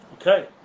Okay